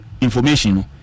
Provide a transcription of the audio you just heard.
information